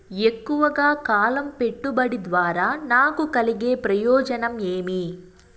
ఎక్కువగా కాలం పెట్టుబడి ద్వారా నాకు కలిగే ప్రయోజనం ఏమి?